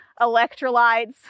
electrolytes